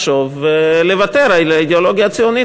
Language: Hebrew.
לחשוב ולוותר על האידיאולוגיה הציונית.